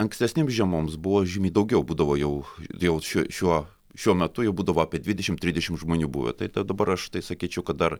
ankstesnėm žiemoms buvo žymiai daugiau būdavo jau dėl šių šiuo šiuo metu jau būdavo apie dvidešim trisdešim žmonių buvę tai tad dabar aš tai sakyčiau kad dar